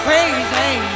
Crazy